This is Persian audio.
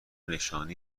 نشانی